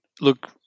look